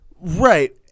right